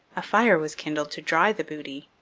a fire was kindled to dry the booty.